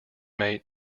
mate